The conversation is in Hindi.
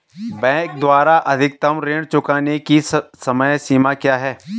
बैंक द्वारा अधिकतम ऋण चुकाने की समय सीमा क्या है?